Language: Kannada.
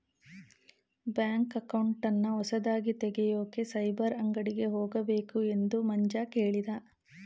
ಬ್ಯಾಂಕ್ ಅಕೌಂಟನ್ನ ಹೊಸದಾಗಿ ತೆಗೆಯೋಕೆ ಸೈಬರ್ ಅಂಗಡಿಗೆ ಹೋಗಬೇಕು ಎಂದು ಮಂಜ ಕೇಳಿದ